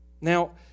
Now